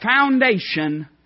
foundation